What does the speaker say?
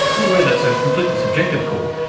i'm aware that's a completely subjective call,